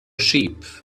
sheep